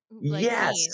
yes